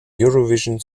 eurovision